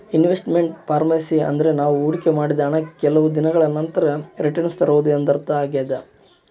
invest made performance ಅಂದ್ರೆ ನಾವು ಹೊಡಿಕೆ ಮಾಡಿದ ಹಣ ಕೆಲವು ದಿನಗಳ ನಂತರ ರಿಟನ್ಸ್ ತರುವುದು ಎಂದರ್ಥ ಆಗ್ಯಾದ